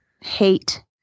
Hate